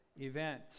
event